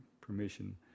permission